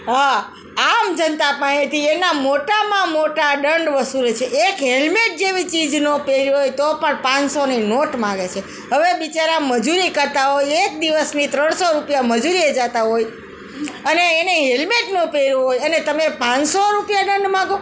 હા આમ જનતા પાસેથી એના મોટામાં મોટા દંડ વસૂલે છે એક હેલ્મેટ જેવી ચીજ ન પહેરી હોય તો પણ પાંચસોની નોટ માગે છે હવે બીચારા મજૂરી કરતા હોય એક દિવસની ત્રણસો રૂપિયા મજૂરીએ જતા હોય અને એણે હેલ્મેટ ન પહેર્યું હોય અને તમે પાંચસો રુપિયા દંડ માગો